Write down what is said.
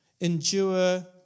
endure